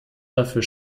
dafür